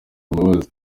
imbabazi